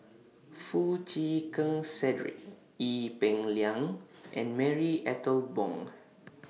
Foo Chee Keng Cedric Ee Peng Liang and Marie Ethel Bong